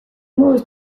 moduz